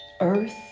Earth